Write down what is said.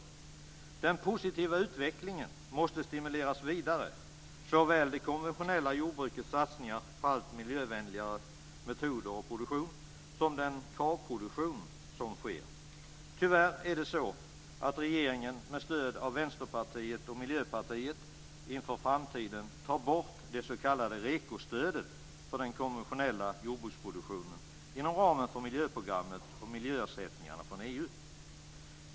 Den positiva utvecklingen måste stimuleras vidare, såväl det konventionella jordbrukets satsningar på allt miljövänligare metoder och produktion som den Kravproduktion som sker. Tyvärr är det så att regeringen, med stöd av Vänsterpartiet och Miljöpartiet, inför framtiden tar bort det s.k. REKO-stödet för den konventionella jordbruksproduktionen inom ramen för miljöprogrammet och miljöersättningarna från EU.